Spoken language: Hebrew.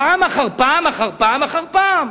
פעם אחר פעם אחר פעם אחר פעם.